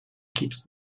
keeps